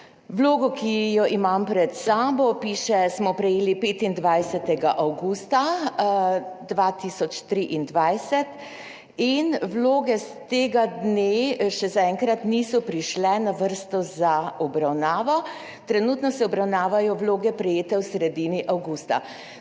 Vlogo,« ki jo imam pred sabo, piše, »smo prejeli 25. avgusta 2023 in vloge s tega dne zaenkrat še niso prišle na vrsto za obravnavo. Trenutno se obravnavajo vloge, prejete v sredini avgusta.«